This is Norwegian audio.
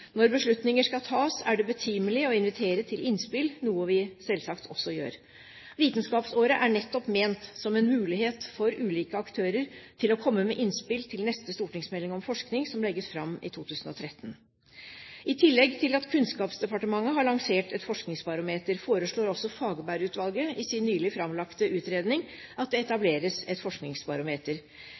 Når beslutninger skal tas, er det betimelig å invitere til innspill, noe vi selvsagt også gjør. Vitenskapsåret er nettopp ment som en mulighet for ulike aktører til å komme med innspill til neste stortingsmelding om forskning, som legges fram i 2013. I tillegg til at Kunnskapsdepartementet har lansert et forskningsbarometer, foreslår også Fagerberg-utvalget i sin nylig framlagte utredning at det etableres et forskningsbarometer.